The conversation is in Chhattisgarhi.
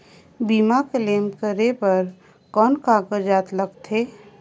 बीमा क्लेम करे बर कौन कागजात लगथे?